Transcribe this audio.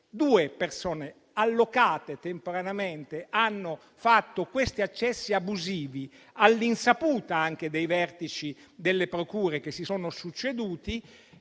due persone, allocate temporaneamente, hanno fatto questi accessi abusivi all'insaputa dei vertici delle procure che si sono succedute,